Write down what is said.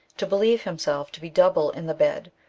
to believe himself to be double in the bed,